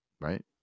right